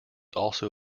also